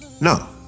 No